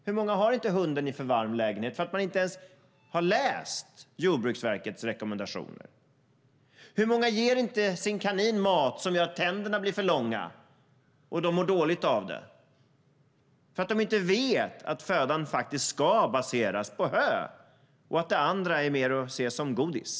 Hur många har inte hunden i en för varm lägenhet eftersom man inte ens har läst Jordbruksverkets rekommendationer? Hur många ger inte sin kanin mat som gör att tänderna blir för långa, och kaninen mår dåligt av det? De vet inte att födan ska baseras på hö och att det andra är mer att se som godis.